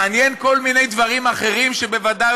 מעניינים כל מיני דברים אחרים שבוודאי